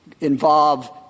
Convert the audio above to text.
involve